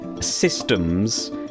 systems